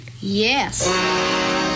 Yes